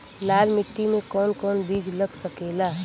लाल मिट्टी में कौन कौन बीज लग सकेला?